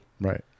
Right